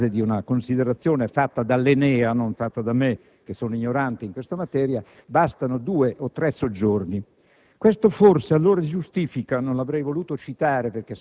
iniziale visto che, come ho spiegato prima sulla base di una considerazione fatta dall'ENEA - non da me, che sono ignorante in questa materia - bastano due o tre soggiorni.